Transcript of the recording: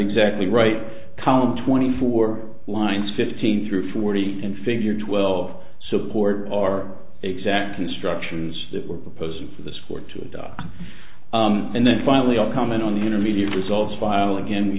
exactly right count twenty four lines fifteen through forty and figure twelve support are exact instructions that we're proposing for this court to adopt and then finally all come in on the intermediate results file again we